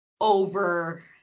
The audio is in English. over